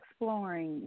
exploring